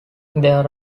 there